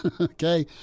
okay